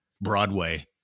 Broadway